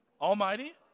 almighty